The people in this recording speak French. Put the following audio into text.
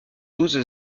douze